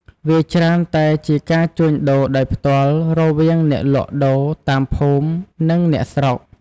វាច្រើនតែជាការជួញដូរដោយផ្ទាល់រវាងអ្នកលក់ដូរតាមភូមិ និងអ្នកស្រុក។